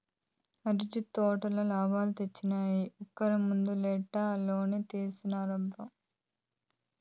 అరటి తోటల లాబ్మొచ్చిందని ఉరక్క ముందటేడు లోను తీర్సబ్బా